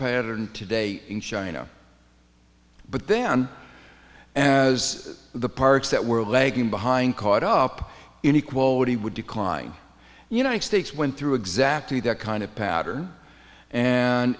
pattern today in china but then as the parks that were legging behind caught up in the quality would decline the united states went through exactly that kind of pattern and